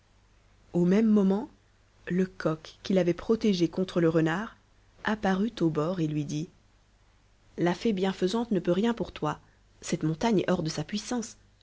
au même moment le coq qu'il avait protégé contre le renard apparut au bord et lui dit la fée bienfaisante ne peut rien pour toi cette montagne est hors de sa puissance